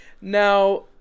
Now